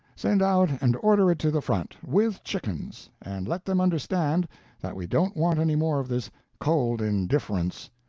send out and order it to the front with chickens. and let them understand that we don't want any more of this cold indifference.